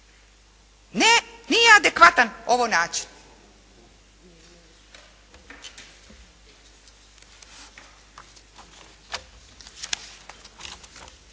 Nije adekvatan ovo način.